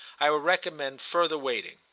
i would recommend further waiting,